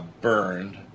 burned